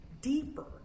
deeper